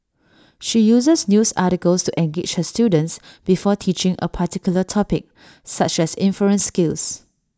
she uses news articles to engage her students before teaching A particular topic such as inference skills